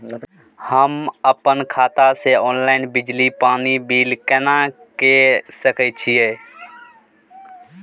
हम अपन खाता से ऑनलाइन बिजली पानी बिल केना के सकै छी?